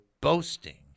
boasting